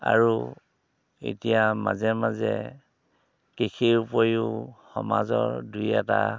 আৰু এতিয়া মাজে মাজে কৃষিৰ উপৰিও সমাজৰ দুই এটা